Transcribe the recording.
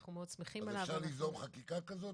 אנחנו מאוד שמחים עליו -- אז אפשר ליזום חקיקה כזאת,